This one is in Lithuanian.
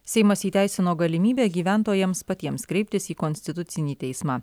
seimas įteisino galimybę gyventojams patiems kreiptis į konstitucinį teismą